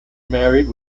married